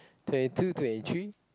twenty two twenty three